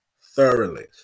thoroughly